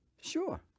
Sure